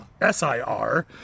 S-I-R